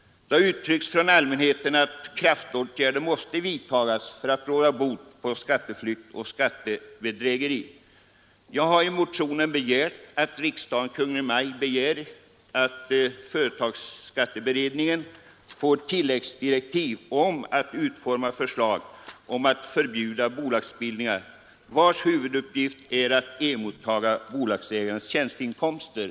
Det har från allmänheten uttryckts önskemål om att kraftåtgärder vidtas för att råda bot på skatteflykt och skattebedrägeri. Jag har i motionen hemställt att riksdagen hos Kungl. Maj:t begär att företagsskatteberedningen får som tilläggsdirektiv att utforma förslag om att förbjuda bolagsbildning vars huvuduppgift är att emottaga bolagsägares tjänsteinkomster.